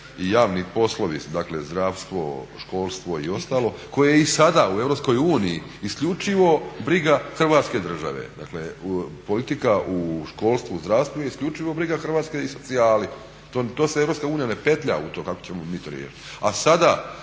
i javni poslovi, dakle zdravstvo, školstvo i ostalo koje je i sada u EU isključivo briga Hrvatske država, dakle politika u školstvu, zdravstvu je isključivo Hrvatske i socijali. To se EU ne petlja u to kako ćemo mi to riješiti.